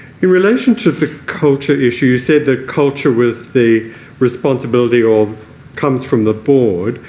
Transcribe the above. in relation to the culture issues, you said that culture was the responsibility or comes from the board.